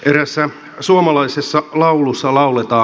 eräässä suomalaisessa laulussa lauletaan